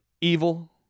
Evil